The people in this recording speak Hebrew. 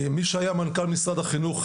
מי שהיה מנכ"ל משרד החינוך,